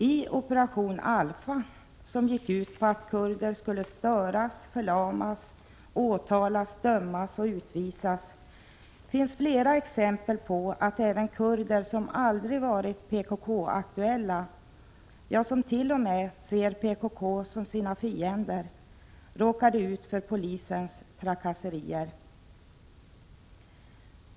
I operation Alfa, som gick ut på att kurder skulle störas, förlamas, åtalas, dömas och utvisas, finns flera exempel på att även kurder som aldrig varit PKK-aktuella, ja, som t.o.m. ser PKK som sina fiender råkade ut för polisens trakasserier.